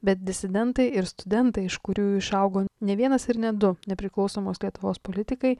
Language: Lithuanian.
bet disidentai ir studentai iš kurių išaugo ne vienas ir ne du nepriklausomos lietuvos politikai